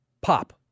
Pop